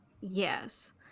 Yes